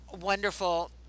wonderful